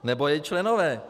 Nebo její členové.